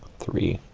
three